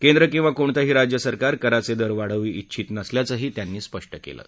केंद्र किंवा कोणतंही राज्य सरकार कराचे दर वाढवू इच्छित नसल्याचंही त्यांनी स्पष्ट केलं आहे